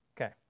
Okay